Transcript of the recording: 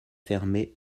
fermée